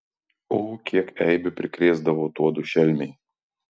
o kiek eibių prikrėsdavo tuodu šelmiai